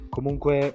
Comunque